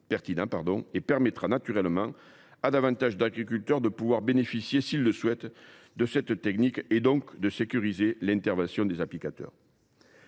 Il permettra naturellement à davantage d’agriculteurs de bénéficier s’ils le souhaitent de cette technique et donc de sécuriser l’intervention des applicateurs.